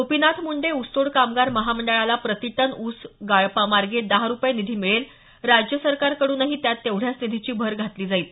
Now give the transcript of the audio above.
गोपीनाथ मुंडे ऊसतोड कामगार महामंडळाला प्रतिटन ऊस गाळपामागे दहा रुपये निधी मिळेल राज्य सरकारकड्रनही त्यात तेवढ्याच निधीची भर घातली जाईल